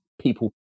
people